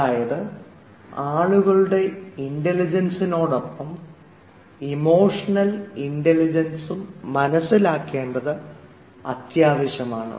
അതായത് ആളുകളുടെ ഇൻറലിജൻസിനോടൊപ്പം ഇമോഷണൽ ഇൻറലിജൻസ് മനസ്സിലാക്കേണ്ടത് ആവശ്യമാണ്